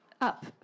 up